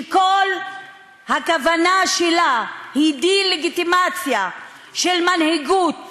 שכל הכוונה שלה היא דה-לגיטימציה של מנהיגות